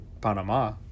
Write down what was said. Panama